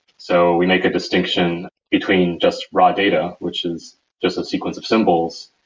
so we make a distinction between just raw data, which is just a sequence of symbols,